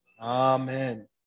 amen